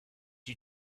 you